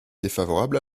défavorable